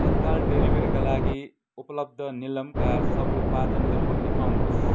तत्काल डेलिभरीका लागि उपलब्ध निलमका सबै उत्पादनहरू देखाउनुहोस्